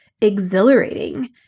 exhilarating